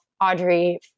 Audrey